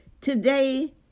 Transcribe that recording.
Today